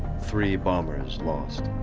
three bombers lost.